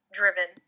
driven